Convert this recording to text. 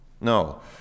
No